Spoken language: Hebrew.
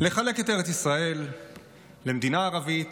לחלק את ארץ ישראל למדינה ערבית